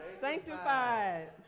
Sanctified